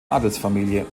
adelsfamilie